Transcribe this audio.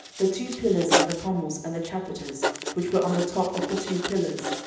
the two pillars, and the pommels, and the chapiters which were on the top of the two pillars,